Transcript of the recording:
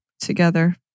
Together